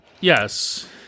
Yes